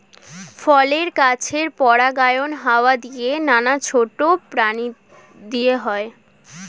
ফলের গাছের পরাগায়ন হাওয়া দিয়ে, নানা ছোট প্রাণী দিয়ে হয়